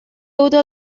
autor